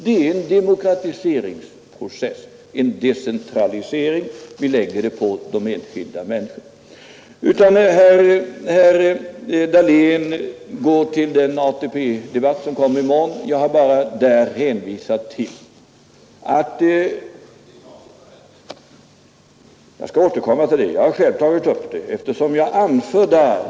Det är en demokratiseringsprocess och en decentralisering — vi för över inflytande till de enskilda människorna. Herr Dahlén går in på den diskussion om AP-medel som kommer i morgon.